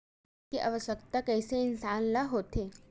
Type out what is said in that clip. ऋण के आवश्कता कइसे इंसान ला होथे?